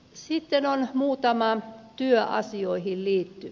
sitten on muutama työasioihin liittyvä